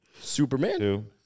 Superman